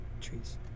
Trees